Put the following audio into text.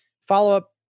follow-up